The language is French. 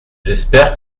j’espère